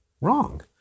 Wrong